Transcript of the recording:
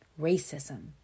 racism